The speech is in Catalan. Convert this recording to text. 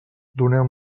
doneu